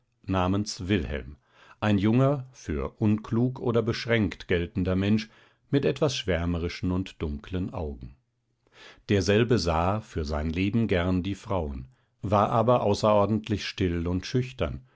namens wilhelm ein junger für unklug oder beschränkt geltender mensch mit etwas schwärmerischen und dunklen augen derselbe sah für sein leben gern die frauen war aber außerordentlich still und schüchtern